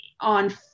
on